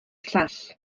llall